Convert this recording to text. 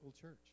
church